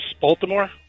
Baltimore